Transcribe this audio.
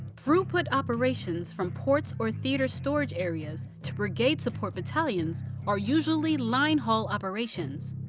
throughput operations from ports or theater storage areas to brigade support battalions are usually line haul operations.